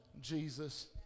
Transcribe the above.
Jesus